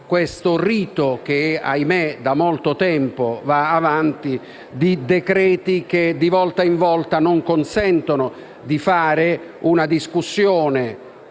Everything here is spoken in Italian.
questo rito che - ahimè - da molto tempo va avanti, con decreti‑legge che di volta in volta non consentono di fare una discussione